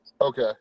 okay